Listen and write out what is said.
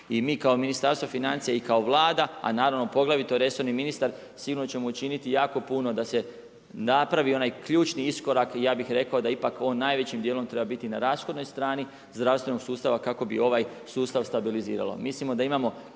I mi kao Ministarstvo financija, i kao Vlada, a naravno poglavito resorni ministar, sigurno ćemo učiniti jako puno da se napravi onaj ključni iskorak i ja bih rekao da ipak on najvećim dijelom treba biti na rashodnoj strani zdravstvenog sustava kako bi ovaj sustav stabiliziralo. Mislimo da imamo